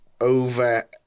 over